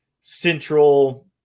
central